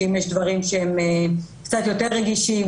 שאם יש דברים שהם קצת יותר רגישים,